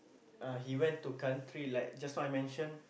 uh he went to country like just now I mention